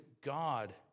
God